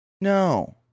No